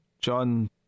john